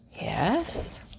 yes